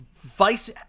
vice